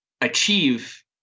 achieve